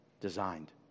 designed